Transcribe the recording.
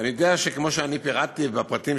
אני יודע, כמו שפירטתי קודם,